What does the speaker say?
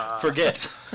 Forget